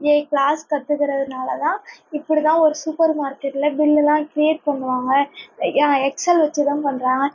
ஏ class கத்துக்கிறதுனாலே தான் இப்படி தான் ஒரு சூப்பர் மார்க்கெட்டில் பில்லெலாம் கிரியேட் பண்ணுவாங்க எக்ஸல் வெச்சு தான் பண்ணுறாங்க